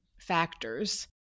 factors